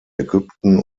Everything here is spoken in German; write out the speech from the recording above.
ägypten